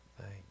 Thank